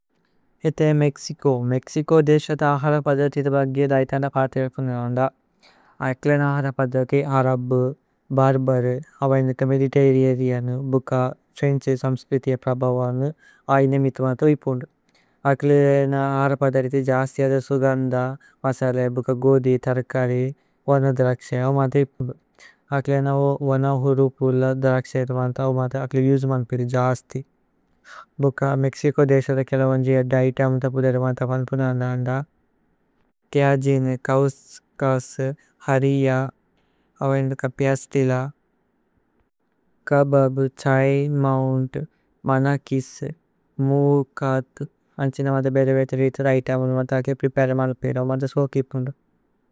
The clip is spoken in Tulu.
ഹേതേ മേക്സികോ മേക്സികോ ദേസ ത അഹര പദരിതിത। ബഗിഅ ദൈഥന പതേഅകുനനന്ദ അക്ലേന അഹര। പദരിതി അരബു ബര്ബരു അവൈനക മേദിതേരി അരിഅനു। ബുക ത്രേന്ഛേ സമ്സ്ക്രിതിഅ പ്രഭവനു ഐന മിതുമത। ഉപുനു അക്ലേന അഹര പദരിതി ജസ്തിഅ ദ സുഗന്ദ। മസലേ ബുക ഗോദി തര്കരേ വന ദരക്സേ ഔമത। ഉപുനു അക്ലേന ഓ വന ഹുരു പുല ദരക്സേ ഔമത। അക്ലി ഉസേമേന്ത് പിതു ജസ്തി ഭുക മേക്സികോ ദേസ ത। കേല വന്ജിഅ ദൈത ഔമത ബുദേരുമത വന്പുനനന്ദ। തിഅജിനു കൌസ്കസു ഹരിഅ അവൈനക। പിഅസ്തില കബബു, ത്സൈ, മൌന്ദു। മനകിസു, മൂ, കഥു അന്ചിന മദ ബേദ വേതരേത। ദൈത ഔമത അക്ലി പിപേരേ മല്പിര മദ സോകി പുനു।